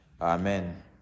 Amen